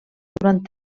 durant